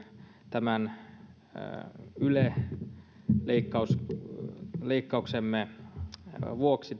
tämän yle leikkauksemme vuoksi